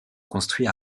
construit